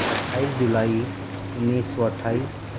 اٹھائیس جولائی انّیس سو اٹھائیس